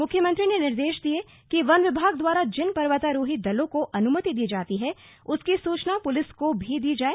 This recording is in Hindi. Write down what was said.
मुख्यमंत्री ने निर्देश दिए कि वन विभाग द्वारा जिन पर्वतारोही दलों को अनुमति दी जाती है उसकी सूचना पुलिस को भी दी जाए